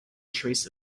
trace